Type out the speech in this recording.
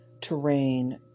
terrain